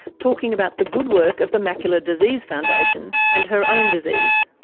talking about the good work of the macular disease foundation, and her own disease.